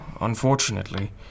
unfortunately